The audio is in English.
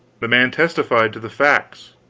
the man testified to the facts.